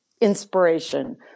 inspiration